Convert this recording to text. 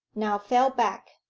now fell back,